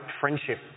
friendship